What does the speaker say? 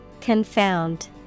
Confound